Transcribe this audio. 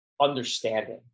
understanding